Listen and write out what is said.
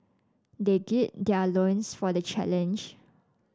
they gird their loins for the challenge